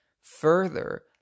further